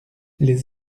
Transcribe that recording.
les